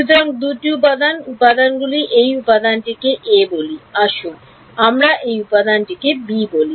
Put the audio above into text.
সুতরাং 2 টি উপাদান উপাদানগুলি এই উপাদানটিকে a বলি আসুন আমরা এই উপাদানটিকে b বলি